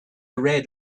read